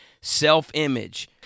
self-image